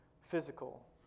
physical